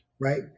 right